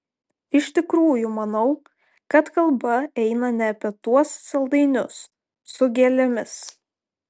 iš tikrųjų manau kad kalba eina ne apie tuos saldainius su gėlėmis